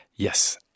Yes